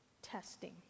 Testing